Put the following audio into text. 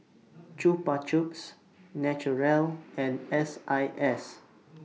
Chupa Chups Naturel and S I S